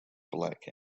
black